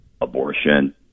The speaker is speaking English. abortion